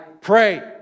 pray